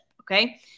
okay